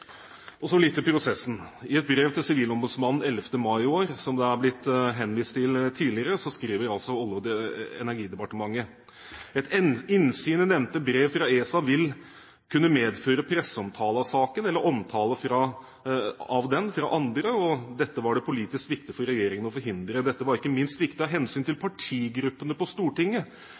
Nord-Norge. Så litt til prosessen. I et brev til sivilombudsmannen 11. mai i år, som det er blitt henvist til tidligere, skriver Olje- og energidepartementet: «Et innsyn i nevnte brev fra ESA ville kunne medføre presseomtale av saken eller omtale av den fra andre, og dette var det politisk viktig for regjeringen å forhindre. Dette var ikke minst viktig av hensyn til partigruppene på Stortinget,